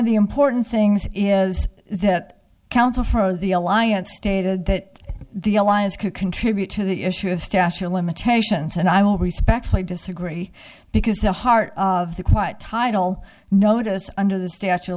of the important things is that counsel for the alliance stated that the alliance could contribute to the issue of statue of limitations and i will respect i disagree because the heart of the quiet title notice under the statute of